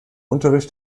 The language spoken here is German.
unterricht